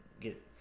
get